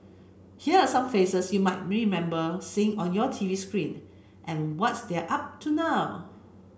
here are some faces you might remember seeing on your T V screen and what's they're up to now